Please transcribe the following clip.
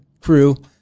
crew